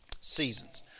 Seasons